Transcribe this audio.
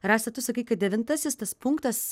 rasa tu sakai kad devintasis tas punktas